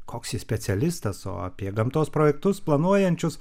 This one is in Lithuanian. koks jis specialistas o apie gamtos projektus planuojančius